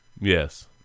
Yes